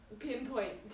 pinpoint